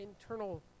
internal